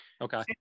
Okay